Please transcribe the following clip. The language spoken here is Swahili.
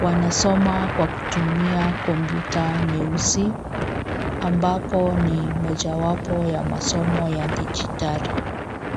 Wanasoma kwa kutumia kompyuta nyeusi ambapo ni moja wapo ya masomo ya dijitali.